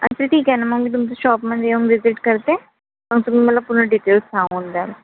अच्छा ठीक आहे ना मग मी तुमचं शॉपमध्ये येऊन विजीट करते मग तुम्ही मला पूर्ण डिटेल्स सांगून द्याल